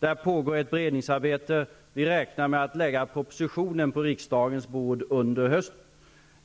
Det pågår ett beredningsarbete. Vi räknar med att lägga propositionen på riksdagens bord under hösten.